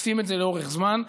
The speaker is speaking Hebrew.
אוספים את זה לאורך זמן.